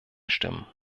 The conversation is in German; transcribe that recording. stimmen